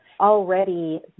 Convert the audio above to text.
Already